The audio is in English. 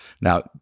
Now